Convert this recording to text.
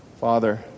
Father